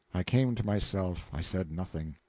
i came to myself i said nothing.